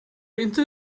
inte